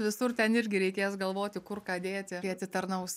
visur ten irgi reikės galvoti kur ką dėti atitarnaus